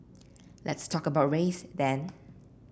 let's talk about race then